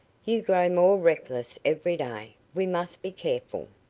you grow more reckless, every day. we must be careful.